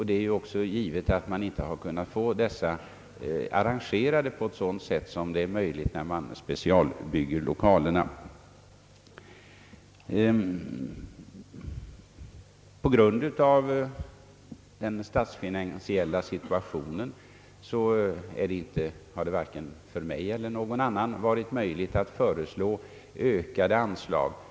Det är också givet att man inte har kunnat få de hyrda lokalerna arrangerade så som skulle varit möjligt när man specialbygger lokaler. På grund av den statsfinansiella situationen har det varken för mig eller någon annan varit möjligt att föreslå ökade anslag.